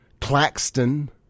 Claxton